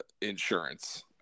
insurance